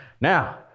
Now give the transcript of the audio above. Now